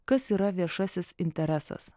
kas yra viešasis interesas